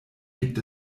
gibt